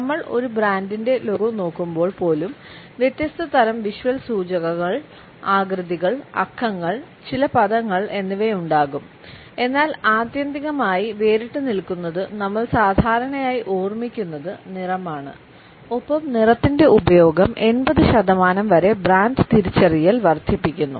നമ്മൾ ഒരു ബ്രാൻഡിന്റെ ലോഗോ നോക്കുമ്പോൾ പോലും വ്യത്യസ്ത തരം വിഷ്വൽ സൂചകങ്ങൾ ആകൃതികൾ അക്കങ്ങൾ ചില പദങ്ങൾ എന്നിവയുണ്ടാകും എന്നാൽ ആത്യന്തികമായി വേറിട്ടുനിൽക്കുന്നത് നമ്മൾ സാധാരണയായി ഓർമ്മിക്കുന്നത് നിറമാണ് ഒപ്പം നിറത്തിന്റെ ഉപയോഗം 80 ശതമാനം വരെ ബ്രാൻഡ് തിരിച്ചറിയൽ വർദ്ധിപ്പിക്കുന്നു